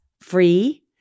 free